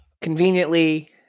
Conveniently